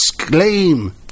exclaim